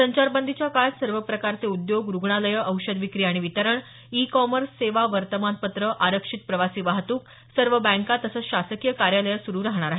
संचारबंदीच्या काळात सर्व प्रकारचे उद्योग रुग्णालयं औषध विक्री आणि वितरण ई कॉमर्स सेवा वर्तमानपत्रं आरक्षित प्रवासी वाहतुक सर्व बँका तसंच शासकीय कार्यालयं सुरू राहणार आहेत